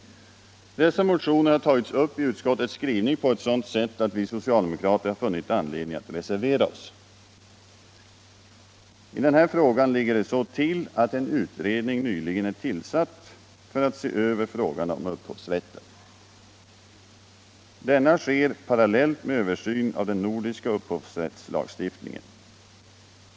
Dessa motioner har tagits upp It utskottets skrivning på eu sådant sätt att vi socialdemokrater har funnit anledning att reservera oss. Det ligger så till au en utredning nyligen är tillsatt för att se över frågan om upphovsrätten. Denna sker parallellt med översyn av den nordiska upphovsrättstlagstiftningen.